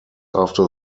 after